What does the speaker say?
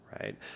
right